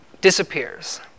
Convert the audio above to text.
disappears